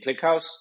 ClickHouse